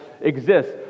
exists